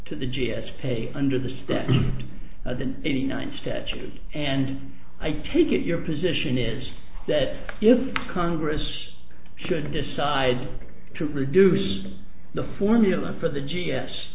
to the g s pay under the steps of the eighty nine statute and i take it your position is that if congress should decide to reduce the formula for the g s